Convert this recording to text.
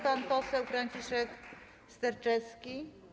Pan poseł Franciszek Sterczewski.